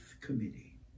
Committee